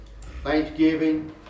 thanksgiving